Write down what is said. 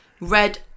red